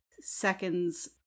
seconds